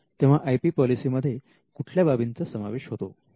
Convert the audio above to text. तेव्हा I P policy मध्ये कुठल्या बाबींचा समावेश होतो